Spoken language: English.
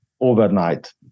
overnight